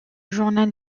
journal